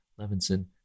Levinson